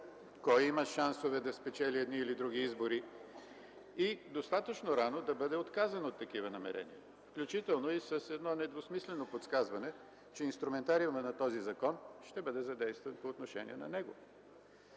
кой има шансове да спечели едни или други избори, и достатъчно рано да бъде отказан от такива намерения, включително и с едно недвусмислено подсказване, че инструментариумът на този закон ще бъде задействан по отношение на него.